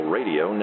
Radio